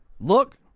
Look